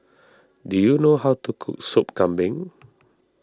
do you know how to cook Sup Kambing